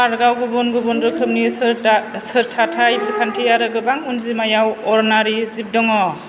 पार्कआव गुबुन गुबुन रोखोमनि सोरथा सोरथाथाय बिखान्थि आरो गोबां अनजिमायाव अरनारि जिब दङ